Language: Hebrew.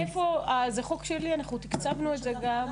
זה חוק שלי ואנחנו גם תקצבנו את זה.